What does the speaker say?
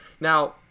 Now